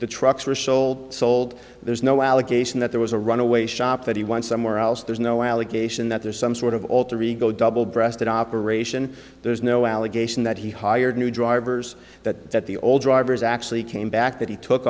the trucks were sold sold there's no allegation that there was a runaway shop that he won somewhere else there's no allegation that there's some sort of alter ego double breasted operation there's no allegation that he hired new drivers that the old drivers actually came back that he took